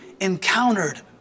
encountered